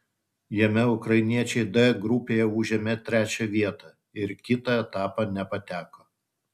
jame ukrainiečiai d grupėje užėmė trečią vietą ir kitą etapą nepateko